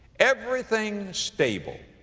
everything stable,